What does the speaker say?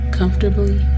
comfortably